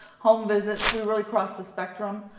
home visits. we really cross the spectrum.